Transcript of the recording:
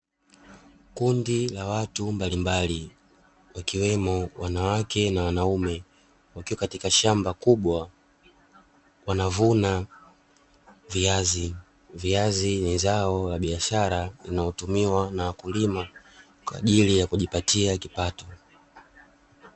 Kundi la watu mbalimbali, wakiwemo wanawake na wanaume, wakiwa katika shamba kubwa, wanavuna viazi, viazi ni zao la biashara linalotumiwa na wakulima kwa ajili ya kujipatia kipato.